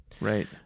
right